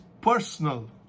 personal